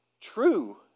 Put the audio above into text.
true